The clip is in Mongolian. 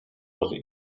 бол